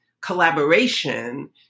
collaboration